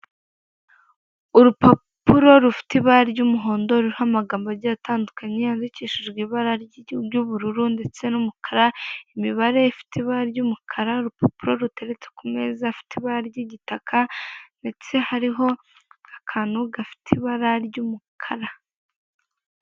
Urupapuro rufite ibara ry'umuhondo ruriho amagambo agiye atandukanye yandikishije ibara ry'ubururu ndetse n'umukara imibare ifite ibara ry'umulkara urupapuro ruteretse ku imeza rufite ibara ry'igitaka ndetse hariho akantu gafite ibara ry'umukara.